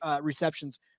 receptions